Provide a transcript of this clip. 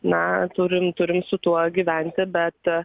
na turim turim su tuo gyventi bet